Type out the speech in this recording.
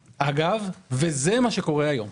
אגב, וזה מה שקורה היום.